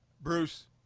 Bruce